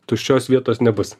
tuščios vietos nebus